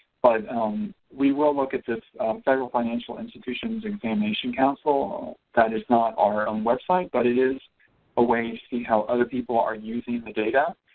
but um we will look at the federal financial institutions examination council that is not our own website but it is a way to see how other people are using the data